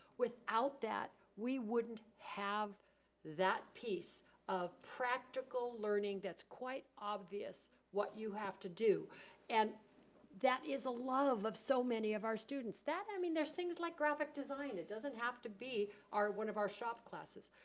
without that, we wouldn't have that piece of practical learning that's quite obvious what you have to do and that is a lot of of so many of our students. that and i mean there's things like graphic design that doesn't have to be one of our shop classes.